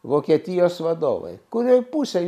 vokietijos vadovai kurioj pusėj